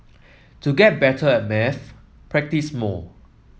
to get better at maths practise more